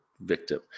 victim